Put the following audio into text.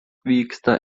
vyksta